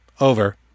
Over